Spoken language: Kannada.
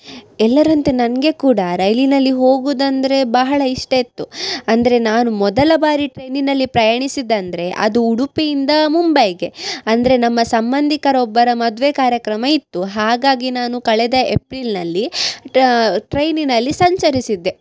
ಎಲ್ಲರಂತೆ ನನಗೆ ಕೂಡ ರೈಲಿನಲ್ಲಿ ಹೋಗುದಂದರೆ ಬಹಳ ಇಷ್ಟ ಇತ್ತು ಅಂದರೆ ನಾನು ಮೊದಲ ಬಾರಿ ಟ್ರೈನಿನಲ್ಲಿ ಪ್ರಯಾಣಿಸಿದ್ದು ಅಂದರೆ ಅದು ಉಡುಪಿಯಿಂದ ಮುಂಬೈಗೆ ಅಂದರೆ ನಮ್ಮ ಸಂಬಂಧಿಕರ ಒಬ್ಬರ ಮದುವೆ ಕಾರ್ಯಕ್ರಮ ಇತ್ತು ಹಾಗಾಗಿ ನಾನು ಕಳೆದ ಎಪ್ರಿಲ್ನಲ್ಲಿ ಟಾ ಟ್ರೈನಿನಲ್ಲಿ ಸಂಚರಿಸಿದ್ದೆ